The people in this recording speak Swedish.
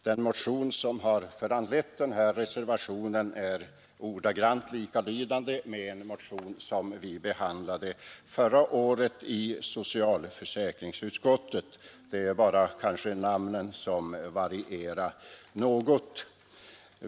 Den motion som har föranlett reservationen är ordagrant likalydande med en motion som vi behandlade förra året i socialförsäkringsutskottet; det är kanske bara namnen som varierar något.